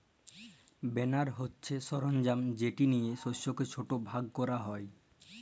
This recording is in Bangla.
বেলার হছে সরলজাম যেট লিয়ে শস্যকে ছট ভাগ ক্যরা হ্যয়